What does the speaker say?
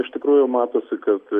iš tikrųjų matosi kad